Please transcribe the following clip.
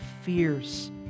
fierce